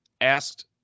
asked